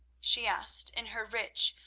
she asked in her rich,